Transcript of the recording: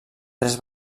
tres